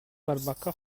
барбакка